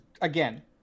again